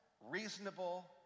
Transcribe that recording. reasonable